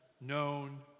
known